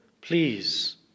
Please